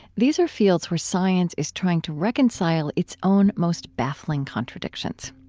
these are fields where science is trying to reconcile its own most baffling contradictions.